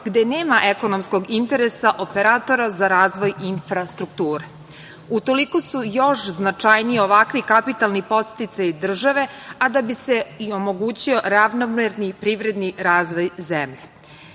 gde nema ekonomskog interesa, operatora za razvoj infrastrukture. U toliko su još značajniji ovakvi kapitalni podsticaji države, a da bi se i omogućio ravnomerni privredni razvoj zemlje. Cilj